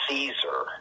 Caesar